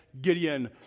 Gideon